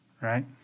right